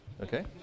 Okay